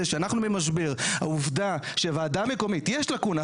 אבל במקרה הספציפי הזה שאנחנו במשבר העובדה שהוועדה המקומית יש לקונה,